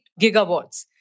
gigawatts